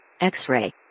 X-Ray